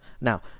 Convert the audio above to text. now